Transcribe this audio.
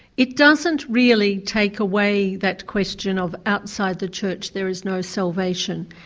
it doesn't really take away that question of outside the church there is no salvation.